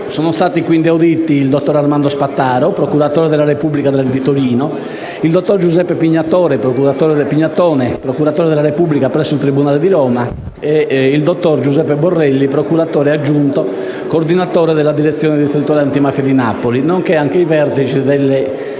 Sono stati quindi auditi il dottor Armando Spataro, procuratore della Repubblica di Torino, il dottor Giuseppe Pignatone, procuratore della Repubblica presso il tribunale di Roma e il dottor Giuseppe Borrelli, procuratore aggiunto coordinatore della Direzione distrettuale antimafia di Napoli, nonché i vertici